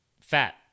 fat